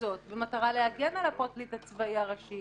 הזאת במטרה להגן על הפרקליט הצבאי הראשי